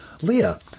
Leah